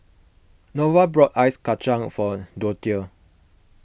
Norval bought Ice Kachang for Dorthea